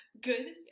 good